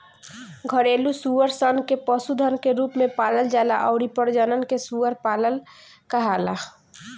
घरेलु सूअर सन के पशुधन के रूप में पालल जाला अउरी प्रजनन के सूअर पालन कहाला